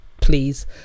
please